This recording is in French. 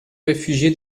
réfugié